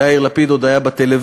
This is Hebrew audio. יאיר לפיד עוד היה בטלוויזיה.